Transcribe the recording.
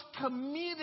committed